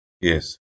Yes